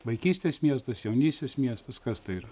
vaikystės miestas jaunystės miestas kas tai yra